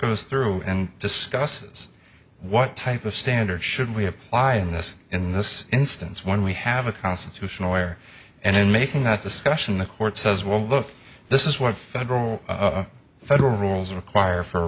goes through and discusses what type of standard should we apply in this in this instance when we have a constitutional lawyer and in making that discussion the court says well look this is what federal federal rules require for